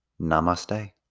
namaste